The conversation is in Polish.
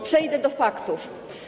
Przejdę do faktów.